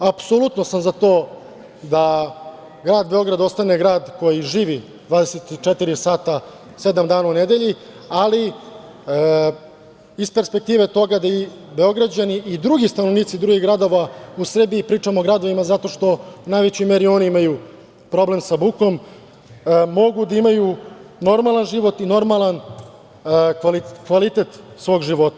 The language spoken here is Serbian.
Apsolutno sam za to da grad Beograd ostane grad koji živi 24 sata, sedam dana u nedelji, ali iz perspektive toga da Beograđani i drugi stanovnici drugih gradova u Srbiji, pričamo o gradovima zato što u najvećoj meri oni imaju problem sa bukom, mogu da imaju normalna život i normalan kvalitet svog života.